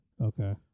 Okay